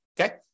okay